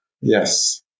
Yes